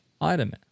item